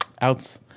outs